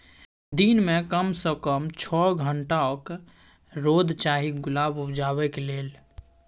दिन मे कम सँ कम छअ घंटाक रौद चाही गुलाब उपजेबाक लेल